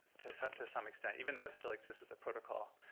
to some to some extent, even though it still exists as a protocol.